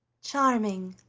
charming,